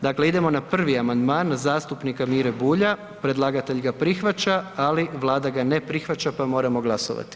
Dakle, idemo na Prvi amandman zastupnika Mire Bulja, predlagatelj ga prihvaća, ali Vlada ga ne prihvaća pa moramo glasovati.